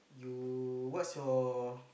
you what's your